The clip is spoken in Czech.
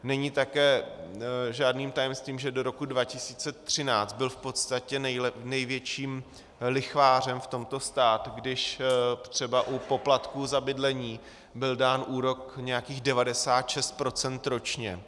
Není také žádným tajemstvím, že do roku 2013 byl v podstatě největším lichvářem v tomto stát, když třeba u poplatků za bydlení byl dán úrok nějakých 96 % ročně.